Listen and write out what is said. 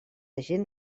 gent